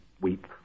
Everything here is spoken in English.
weep